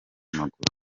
amaguru